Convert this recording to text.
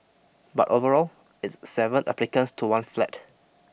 but overall it's seven applicants to one flat